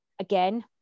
again